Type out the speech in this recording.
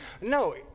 No